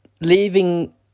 leaving